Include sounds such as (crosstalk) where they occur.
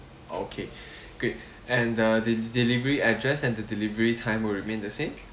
okay (breath) great and the de~ delivery address and the delivery time will remain the same